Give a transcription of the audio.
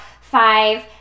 five